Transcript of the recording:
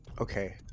Okay